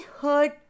heard